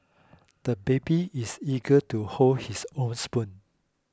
the baby is eager to hold his own spoon